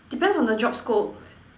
depends on the job scope